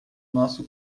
nosso